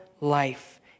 life